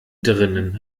drinnen